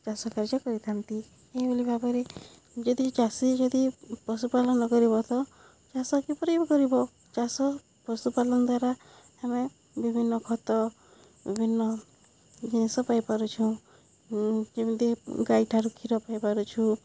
ଚାଷ କାର୍ଯ୍ୟ କରିଥାନ୍ତି ଏହିଭଳି ଭାବରେ ଯଦି ଚାଷୀ ଯଦି ପଶୁପାଳନ କରିବ ତ ଚାଷ କିପରି କରିବ ଚାଷ ପଶୁପାଳନ ଦ୍ୱାରା ଆମେ ବିଭିନ୍ନ ଖତ ବିଭିନ୍ନ ଜିନିଷ ପାଇପାରୁଛୁଁ ଯେମିତି ଗାଈ ଠାରୁ କ୍ଷୀର ପାଇପାରୁଛୁ